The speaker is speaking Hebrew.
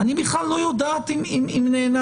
אני בכלל לא יודעת אם נאנסתי,